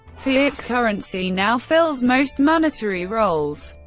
fiat currency now fills most monetary roles.